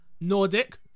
Nordic